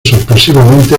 sorpresivamente